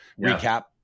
recap